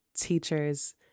teachers